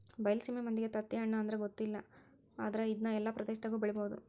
ಬೈಲಸೇಮಿ ಮಂದಿಗೆ ತತ್ತಿಹಣ್ಣು ಅಂದ್ರ ಗೊತ್ತಿಲ್ಲ ಆದ್ರ ಇದ್ನಾ ಎಲ್ಲಾ ಪ್ರದೇಶದಾಗು ಬೆಳಿಬಹುದ